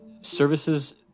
services